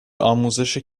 آموزش